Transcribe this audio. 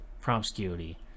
promiscuity